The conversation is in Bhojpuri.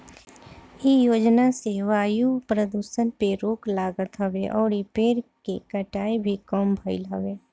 इ योजना से वायु प्रदुषण पे रोक लागत हवे अउरी पेड़ के कटाई भी कम भइल हवे